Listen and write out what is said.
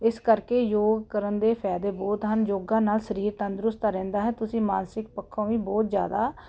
ਇਸ ਕਰਕੇ ਯੋਗ ਕਰਨ ਦੇ ਫਾਇਦੇ ਬਹੁਤ ਹਨ ਯੋਗਾ ਨਾਲ ਸਰੀਰ ਤੰਦਰੁਸਤ ਰਹਿੰਦਾ ਹੈ ਤੁਸੀਂ ਮਾਨਸਿਕ ਪੱਖੋਂ ਵੀ ਬਹੁਤ ਜ਼ਿਆਦਾ